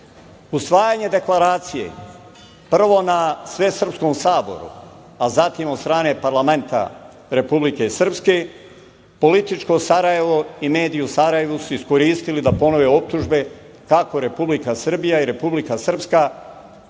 Usvajanje Deklaracije, prvo na Svesrpskom saboru, pa zatim od strane parlamenta Republike Srspke, političko Sarajevo i mediji u Sarajevu su iskoristili da ponove optužbe kako republika Srbija i republika Srpska